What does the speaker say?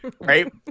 Right